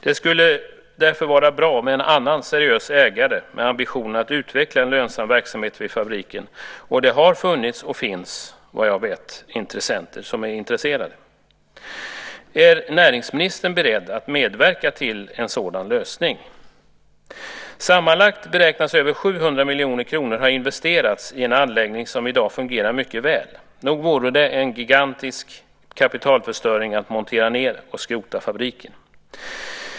Det skulle därför vara bra med en annan seriös ägare med ambitionen att utveckla en lönsam verksamhet vid fabriken, och såvitt jag vet har det funnits och finns intressenter som är intresserade. Är näringsministern beredd att medverka till en sådan lösning? Sammanlagt beräknas det att över 700 miljoner kronor har investerats i en anläggning som i dag fungerar mycket väl. Nog vore det en gigantisk kapitalförstöring att montera ned och skrota fabriken.